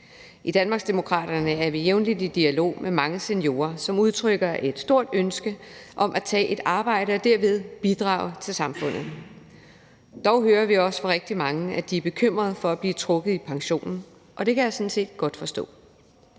I Danmarksdemokraterne er vi jævnligt i dialog med mange seniorer, som udtrykker et stort ønske om at tage et arbejde og derved bidrage til samfundet. Dog hører vi også fra rigtig mange, at de er bekymret for at blive trukket i pensionen, og det kan jeg sådan set godt forstå.